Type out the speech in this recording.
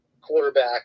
quarterback